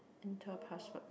enter password